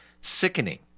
sickening